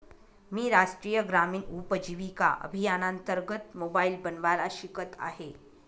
मी राष्ट्रीय ग्रामीण उपजीविका अभियानांतर्गत मोबाईल बनवायला शिकत आहे